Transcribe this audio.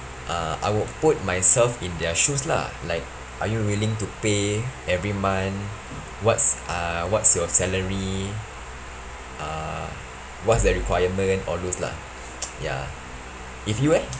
uh I would put myself in their shoes lah like are you willing to pay every month what's ah what's your salary uh what's their requirement or lose lah ya if you eh